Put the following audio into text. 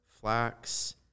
flax